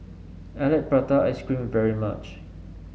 I like Prata Ice Cream very much